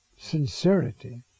sincerity